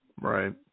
Right